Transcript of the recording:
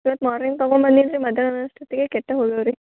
ಇವತ್ತು ಮಾರ್ನಿಂಗ್ ತಗೊಂಡ್ಬಂದೀನಿ ರೀ ಮಧ್ಯಾಹ್ನದ ಅಷ್ಟೊತ್ತಿಗೆ ಕೆಟ್ಟೆ ಹೋಗಿವೆ ರೀ